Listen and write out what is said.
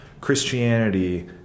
Christianity